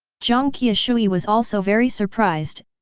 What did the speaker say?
jiang qiushui was also very surprised,